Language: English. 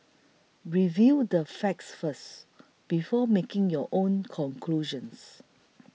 review the facts first before making your own conclusions